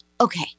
okay